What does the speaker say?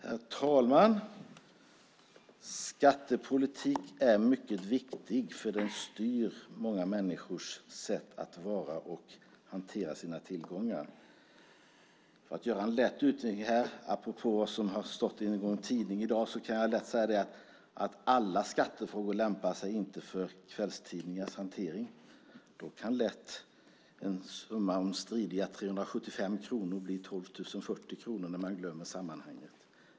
Herr talman! Skattepolitiken är mycket viktig, för den styr många människors sätt att vara och hantera sina tillgångar. För att göra en lätt utvikning här apropå vad som har stått i någon tidning i dag kan jag säga att inte alla skattefrågor lämpar sig för kvällstidningarnas hantering. Där kan en summa om 375 kronor lätt bli 12 040 kronor när man glömmer sammanhanget.